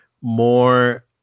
more